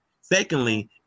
Secondly